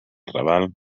raval